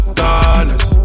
dollars